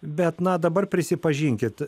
bet na dabar prisipažinkit